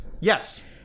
Yes